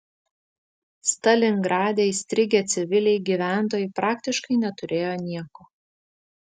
stalingrade įstrigę civiliai gyventojai praktiškai neturėjo nieko